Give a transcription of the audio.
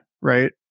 Right